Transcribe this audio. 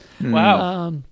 Wow